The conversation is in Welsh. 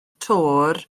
töwr